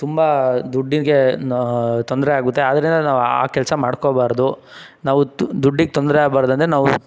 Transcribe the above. ತುಂಬ ದುಡ್ಡಿಗೆ ತೊಂದರೆ ಆಗುತ್ತೆ ಆದ್ದರಿಂದ ನಾವು ಆ ಕೆಲಸ ಮಾಡ್ಕೋಬಾರ್ದು ನಾವು ದುಡ್ಡಿಗೆ ತೊಂದರೆ ಆಗ್ಬಾರ್ದು ಅಂದರೆ ನಾವು